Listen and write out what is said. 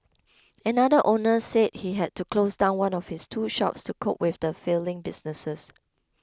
another owner said he had to close down one of his two shops to cope with his failing businesses